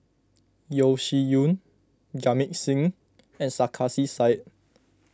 Yeo Shih Yun Jamit Singh and Sarkasi Said